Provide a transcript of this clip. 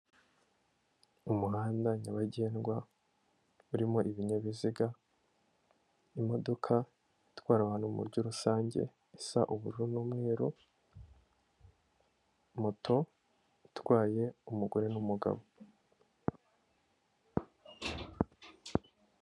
Umuhanda nyabagendwa, urimo ibinyabiziga, imodoka itwara abantu mu buryo rusange isa ubururu n'umweru, moto itwaye umugore n'umugabo.